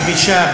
מבישה,